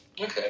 okay